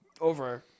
Over